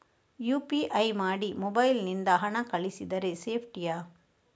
UPI ಮಾಡಿ mobile ನಿಂದ ಹಣ ಕಳಿಸಿದರೆ ಸೇಪ್ಟಿಯಾ?